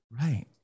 right